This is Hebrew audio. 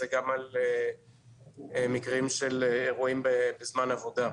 זה גם על מקרים של אירועים בזמן עבודה,